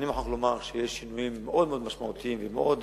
אני מוכרח לומר שיש שינויים מאוד משמעותיים ומאוד